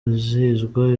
hizihizwa